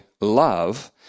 love